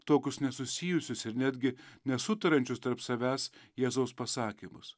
tokius nesusijusius ir netgi nesutariančius tarp savęs jėzaus pasakymus